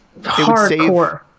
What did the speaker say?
hardcore